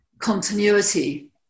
continuity